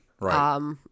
Right